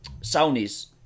Sony's